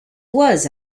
was